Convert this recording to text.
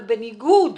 אבל בניגוד